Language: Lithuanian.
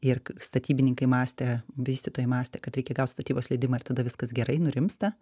ir statybininkai mąstė vystytojai mąstė kad reikia gaut statybos leidimą ir tada viskas gerai nurimsta